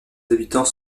habitants